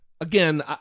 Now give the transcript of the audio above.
again